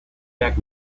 back